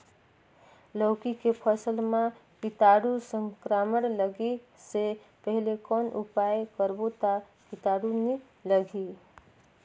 लौकी के फसल मां कीटाणु संक्रमण लगे से पहले कौन उपाय करबो ता कीटाणु नी लगही?